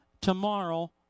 tomorrow